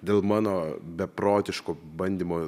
dėl mano beprotiško bandymo